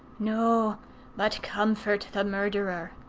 no but comfort the murderer.